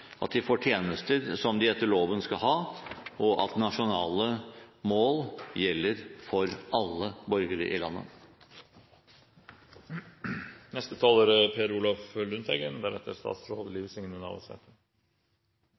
at de får tjenester som de etter loven skal ha, og at nasjonale mål gjelder for alle borgere i landet. Undersøkelser av kommunenes styring og kontroll med tjenester med nasjonale mål er